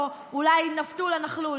או אולי נפתול הנכלול,